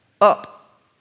Up